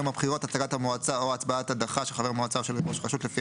הצגת המועצה או הצבעת הדחה של חבר מועצה של ראש הרשות לפי